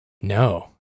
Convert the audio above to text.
No